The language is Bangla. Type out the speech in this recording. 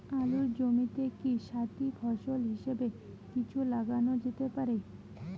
আলুর জমিতে কি সাথি ফসল হিসাবে কিছু লাগানো যেতে পারে?